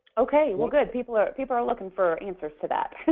okay, we're good. people are people are looking for answers to that,